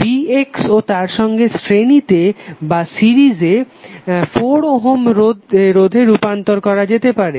vx ও তার সঙ্গে শ্রেণীতে 4 ওহম রোধে রূপান্তর করা যেতে পারে